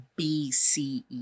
BCE